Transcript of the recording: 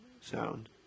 sound